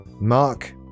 Mark